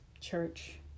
church